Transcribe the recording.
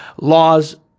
laws